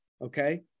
Okay